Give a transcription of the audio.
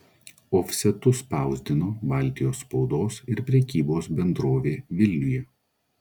ofsetu spausdino baltijos spaudos ir prekybos bendrovė vilniuje